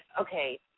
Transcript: okay